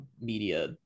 media